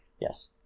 Yes